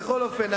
בכל אופן,